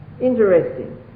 Interesting